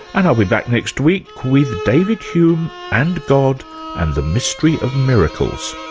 and i'll be back next week with david hume and god and the mystery of miracles